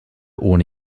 ohne